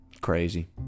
crazy